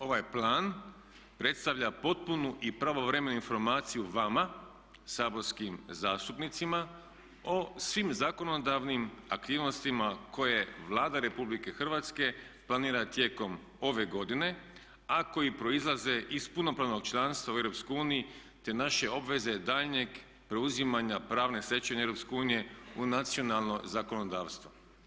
Ovaj plan predstavlja potpunu i pravovremenu informaciju vama saborskim zastupnicima o svim zakonodavnim aktivnostima koje Vlada Republike Hrvatske planira tijekom ove godine, a koji proizlaze iz punopravnog članstva u EU te naše obveze daljnjeg preuzimanja pravne stečevine EU u nacionalno zakonodavstvo.